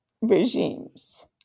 regimes